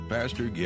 Pastor